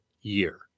year